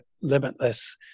limitless